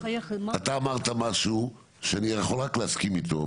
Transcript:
אתה אמרת משהו שאני יכול רק להסכים איתו,